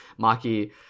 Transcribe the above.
Maki